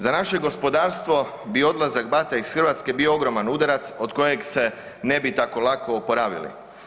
Za naše gospodarstvo bio odlazak BAT-a iz Hrvatske bio ogroman udarac od kojeg se ne bi tako lako oporavili.